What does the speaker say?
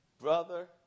brother